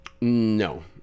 No